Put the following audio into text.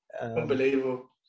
unbelievable